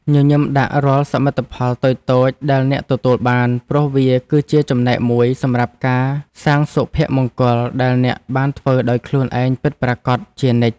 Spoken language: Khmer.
ញញឹមដាក់រាល់សមិទ្ធផលតូចៗដែលអ្នកទទួលបានព្រោះវាគឺជាចំណែកមួយសម្រាប់ការសាងសុភមង្គលដែលអ្នកបានធ្វើដោយខ្លួនឯងពិតប្រាកដជានិច្ច។